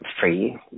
free